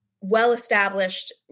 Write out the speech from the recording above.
well-established